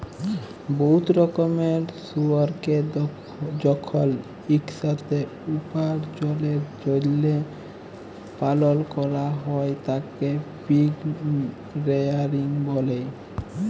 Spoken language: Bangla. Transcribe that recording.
বহুত রকমের শুয়রকে যখল ইকসাথে উপার্জলের জ্যলহে পালল ক্যরা হ্যয় তাকে পিগ রেয়ারিং ব্যলে